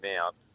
out